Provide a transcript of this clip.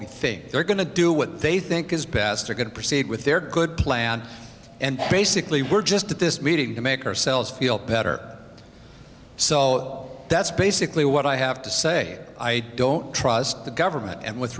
we think they're going to do what they think is best are going to proceed with their good plan and basically we're just at this meeting to make ourselves feel better so that's basically what i have to say i don't trust the government and with